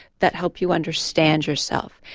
that help you understand yourself.